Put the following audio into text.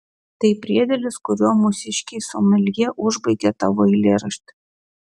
tai priedėlis kuriuo mūsiškiai someljė užbaigė tavo eilėraštį